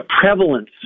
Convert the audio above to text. prevalence